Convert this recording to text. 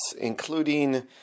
including